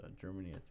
Germany